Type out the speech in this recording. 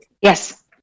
Yes